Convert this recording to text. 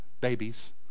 babies